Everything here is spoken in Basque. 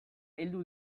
heldu